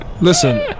Listen